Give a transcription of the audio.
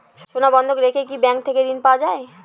সোনা বন্ধক রেখে কি ব্যাংক থেকে ঋণ পাওয়া য়ায়?